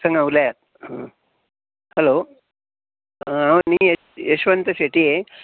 सांगा उलया हेलो हांव न्ही येशवंत शेट्ये